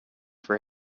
for